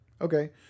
Okay